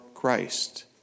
Christ